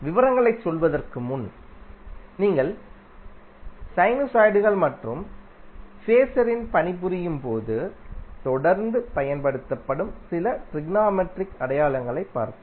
விவரங்களுக்குச் செல்வதற்கு முன் நீங்கள் சைனுசாய்டுகள் மற்றும் பேஸரில் பணிபுரியும் போது தொடர்ந்து பயன்படுத்தும் சில ட்ரிக்னோமெட்ரிக் அடையாளங்களைப் பார்ப்போம்